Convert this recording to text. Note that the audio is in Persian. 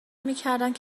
میکردند